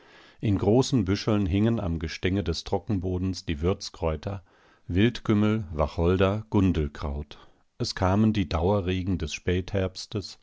in großen büscheln hingen am gestänge des trockenbodens die würzkräuter wildkümmel wacholder gundelkraut es kamen die dauerregen des spätherbstes